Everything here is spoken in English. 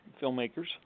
filmmakers